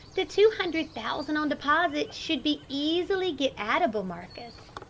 the two hundred thousand on deposit should be easily get-at-able, marcus,